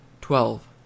twelve